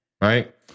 right